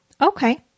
Okay